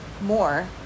more